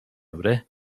dobry